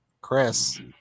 Chris